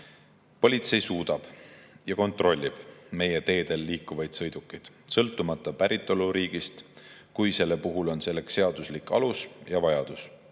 Politsei suudab ja kontrollib meie teedel liikuvaid sõidukeid sõltumata päritoluriigist, kui selleks on seaduslik alus ja vajadus,